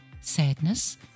sadness